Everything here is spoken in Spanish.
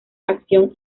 acción